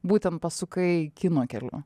būtent pasukai kino keliu